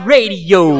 Radio